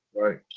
Right